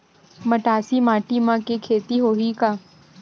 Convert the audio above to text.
मटासी माटी म के खेती होही का?